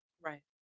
Right